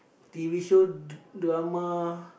t_v show drama